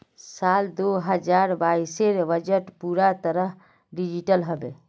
साल दो हजार बाइसेर बजट पूरा तरह डिजिटल हबे